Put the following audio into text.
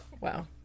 Wow